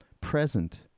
present